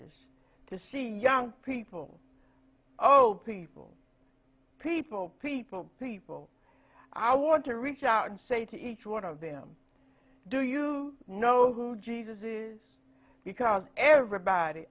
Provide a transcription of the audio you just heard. s to see young people old people people people people i want to reach out and say to each one of them do you know who jesus is because everybody